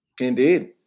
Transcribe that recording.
Indeed